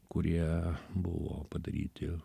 kurie buvo padaryti